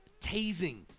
tasing